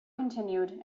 continued